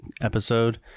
episode